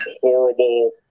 horrible